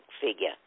figure